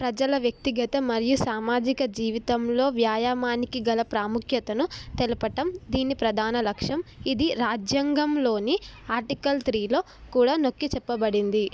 ప్రజల వ్యక్తిగత మరియు సామాజిక జీవితంలో వ్యాయామానికి గల ప్రాముఖ్యతను తెలపడం దీని ప్రధాన లక్ష్యం ఇది రాజ్యాంగంలోని ఆర్టికల్ త్రీలో కూడా నొక్కి చెప్పబడింది